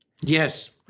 yes